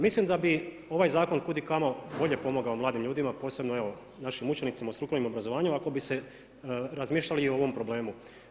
Mislim da bi ovaj zakon kud i kamo bolje pomogao mladim ljudima, posebno evo, našim učenicima u strukovnim obrazovanju, ako bi se razmišljalo i o ovom problemu.